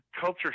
culture